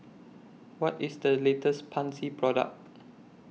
What IS The latest Pansy Product